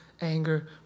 anger